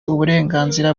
uburenganzira